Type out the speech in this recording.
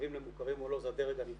נחשבים למוכרים או לא זה הדרג הנבחר,